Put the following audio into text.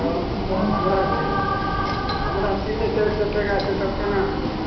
तऽ हमरा छै आ हमरा तीने चारि सए टका छै तब केना होयतै